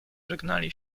żegnali